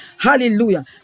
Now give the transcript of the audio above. Hallelujah